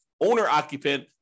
owner-occupant